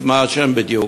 מה השם בדיוק,